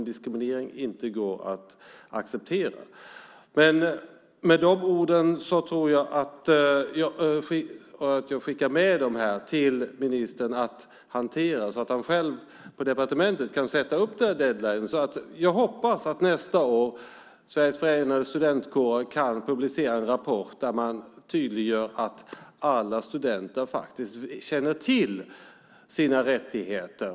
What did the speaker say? Diskriminering går inte att acceptera. Jag vill skicka med dessa ord till ministern att hantera så att han själv kan sätta upp en deadline på departementet. Jag hoppas att Sveriges Förenade Studentkårer nästa år kan publicera en rapport där man tydliggör att alla studenter känner till sina rättigheter.